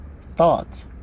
thought